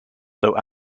though